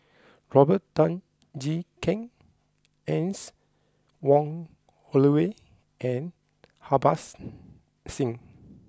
Robert Tan Jee Keng Anne Wong Holloway and Harbans Singh